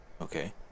okay